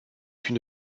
une